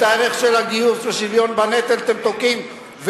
את הערך של הגיוס ושוויון בנטל אתם תוקעים.